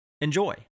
Enjoy